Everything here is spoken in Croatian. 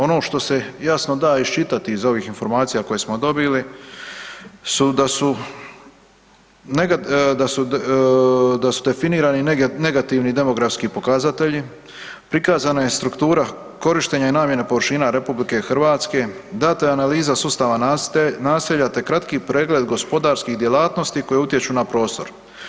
Ono što se jasno da iščitati iz ovih informacija koje smo dobili su da su, da su, da su definirani negativni demografski pokazatelji, prikazana je struktura korištenja i namjene površina RH data je analiza sustava naselja te kratki pregled gospodarskih djelatnosti koje utječu na prostor.